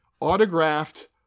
autographed